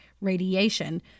radiation